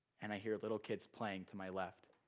and i hear little kids playing to my left.